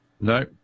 No